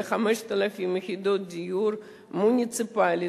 5,000 יחידות דיור ברשויות המוניציפליות,